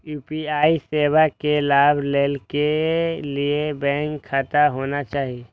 UPI सेवा के लाभ लै के लिए बैंक खाता होना चाहि?